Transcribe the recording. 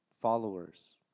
followers